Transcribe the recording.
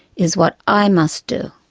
is what i must do.